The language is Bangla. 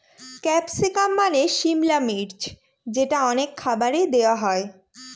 ক্যাপসিকাম মানে সিমলা মির্চ যেটা অনেক খাবারে দেওয়া হয়